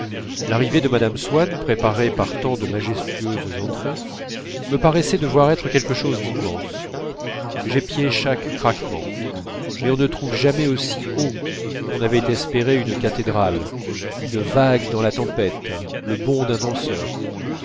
l'arrivée de mme swann préparée par tant de majestueuses entrées me paraissait devoir être quelque chose d'immense j'épiais chaque craquement mais on ne trouve jamais aussi hauts qu'on les avait espérés une cathédrale une vague dans la tempête le bond d'un danseur